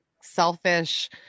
selfish